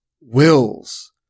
wills